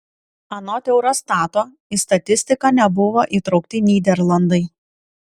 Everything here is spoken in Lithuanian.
anot eurostato į statistiką nebuvo įtraukti nyderlandai